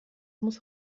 muss